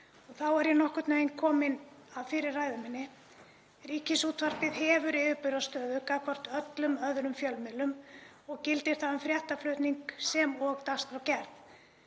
Þá er ég nokkurn veginn kominn að fyrri ræðu minni. Ríkisútvarpið hefur yfirburðastöðu gagnvart öllum öðrum fjölmiðlum og gildir það um fréttaflutning sem og dagskrárgerð.